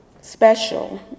special